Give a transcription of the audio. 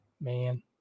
man